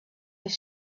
his